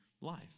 life